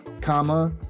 comma